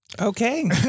Okay